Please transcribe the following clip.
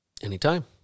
Anytime